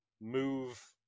move